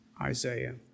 Isaiah